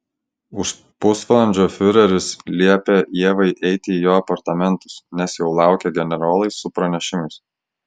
už pusvalandžio fiureris liepė ievai eiti į jo apartamentus nes jau laukė generolai su pranešimais